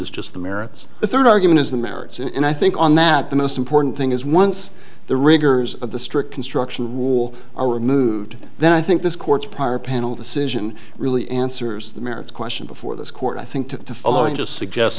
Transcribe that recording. is just the merits the third argument is the merits and i think on that the most important thing is once the rigors of the strict construction rule are removed then i think this court's prior panel decision really answers the merits question before this court i think the following just suggest